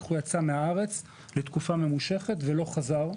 כך הוא יצא מהארץ לתקופה ממושכת ולא חזר,